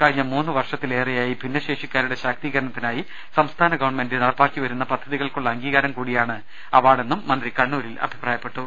കഴിഞ്ഞ മൂന്ന് വർഷത്തിലേറെയായി ഭിന്നശേഷിക്കാരുടെ ശാക്തീകരണത്തിനായി സംസ്ഥാന ഗവൺമെന്റ് നടപ്പിലാക്കി വരുന്ന പദ്ധതികൾക്കുള്ള അംഗീകാരം കൂടിയാണ് അവാർഡെന്നും മന്ത്രി കണ്ണൂരിൽ പറഞ്ഞു